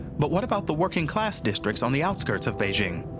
but what about the working-class districts on the outskirts of beijing?